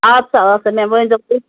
اَدٕ سا اَدٕ سا مےٚ ؤنۍ زیٚو تُہۍ